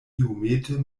iomete